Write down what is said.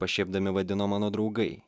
pašiepdami vadino mano draugai